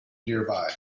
nearby